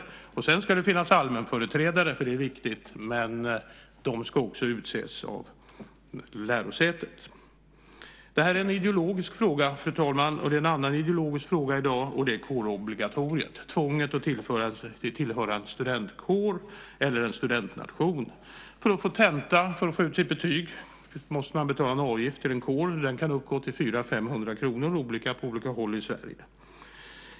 Sedan ska det också finnas allmänföreträdare - det är viktigt - och de ska också utses av lärosätet. Det här är, fru talman, en ideologisk fråga. En annan ideologisk fråga här i dag är den om kårobligatoriet - tvånget att tillhöra en studentkår eller en studentnation. För att få tenta och för att få ut sitt betyg måste man betala en avgift till en kår. Avgiften kan uppgå till 400-500 kr. Det är olika på olika håll i Sverige.